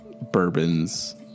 bourbons